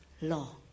law